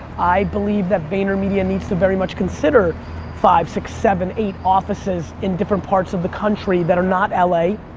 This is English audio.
i believe that vaynermedia needs to very much consider five, six, seven, eight offices in different parts of the country that are not la, we're